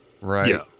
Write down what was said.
right